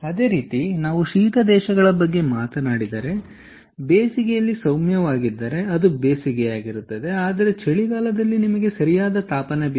ಅದೇ ರೀತಿ ನಾವು ಶೀತ ದೇಶಗಳ ಬಗ್ಗೆ ಮಾತನಾಡಿದರೆ ಬೇಸಿಗೆಯಲ್ಲಿ ಸೌಮ್ಯವಾಗಿದ್ದರೆ ಅದು ಬೇಸಿಗೆಯಾಗಿರುತ್ತದೆ ಆದರೆ ಚಳಿಗಾಲದಲ್ಲಿ ನಿಮಗೆ ಸರಿಯಾದ ತಾಪನ ಬೇಕು